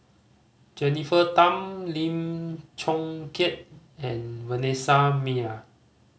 Jennifer Tham Lim Chong Keat and Vanessa Mae